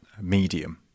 medium